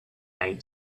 nate